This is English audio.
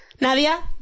Nadia